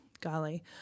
golly